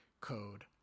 code